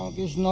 is